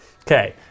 Okay